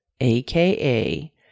AKA